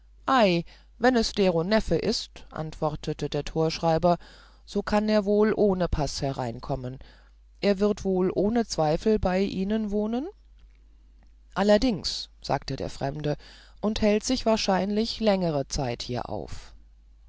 ei wenn es dero neffe ist antwortete der torschreiber so kann er wohl ohne paß hereinkommen er wird wohl ohne zweifel bei ihnen wohnen allerdings sagte der fremde und hält sich wahrscheinlich längere zeit hier auf